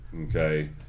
Okay